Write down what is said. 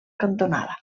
cantonada